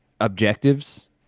objectives